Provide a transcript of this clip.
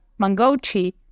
Mangochi